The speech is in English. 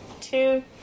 two